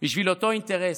בשביל אותו אינטרס,